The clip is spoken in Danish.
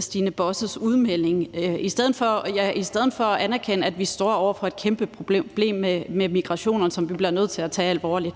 Stine Bosses udmelding i stedet for at anerkende, at vi står over for et kæmpe problem med migration, som vi bliver nødt til at tage alvorligt.